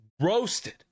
roasted